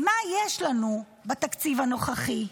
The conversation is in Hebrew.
מה יש לנו בתקציב הנוכחי?